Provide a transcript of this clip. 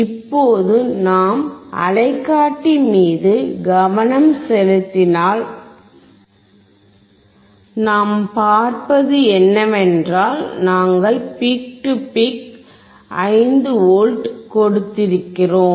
இப்போது நாம் அலைக்காட்டி மீது கவனம் செலுத்தினால் நாம் பார்ப்பது என்னவென்றால் நாங்கள் பீக் டு பீக் 5 V கொடுத்திருக்கிறோம்